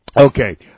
Okay